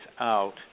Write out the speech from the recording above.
out